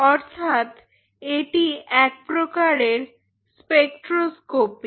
অর্থাৎ এটি এক প্রকারের স্পেকট্রোস্কপি